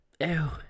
Ew